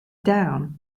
down